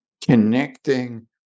connecting